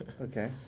Okay